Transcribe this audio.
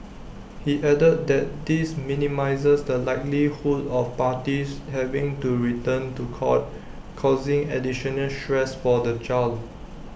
he added that this minimises the likelihood of parties having to return to court causing additional stress for the child